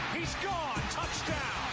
he's gone touchdown.